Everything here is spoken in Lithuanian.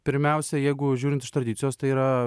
pirmiausia jeigu žiūrint iš tradicijos tai yra